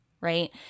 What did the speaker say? right